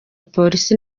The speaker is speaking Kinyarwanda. polisi